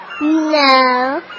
No